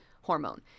hormone